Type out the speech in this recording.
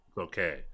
Okay